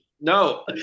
No